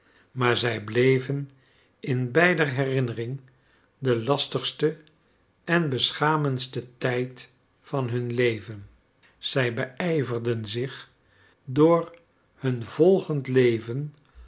maar zij bleven in beider herinnering de lastigste en beschamendste tijd van hun leven zij beijverden zich door hun volgend leven